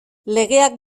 legeak